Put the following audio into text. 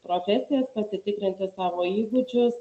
profesijas pasitikrinti savo įgūdžius